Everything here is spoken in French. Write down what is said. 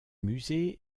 musée